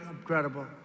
Incredible